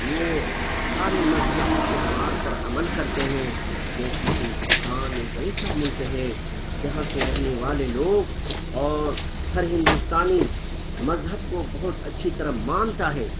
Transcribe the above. وہ سارے مذہبی تہوار پر عمل کرتے ہیں کیوں کہ ہندوستان ایک ایسا ملک ہے جہاں کے رہنے والے لوگ اور ہر ہندوستانی مذہب کو بہت اچھی طرح مانتا ہے